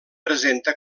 presenta